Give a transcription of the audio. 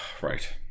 right